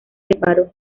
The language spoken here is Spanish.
separó